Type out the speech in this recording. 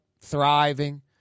thriving